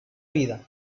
vida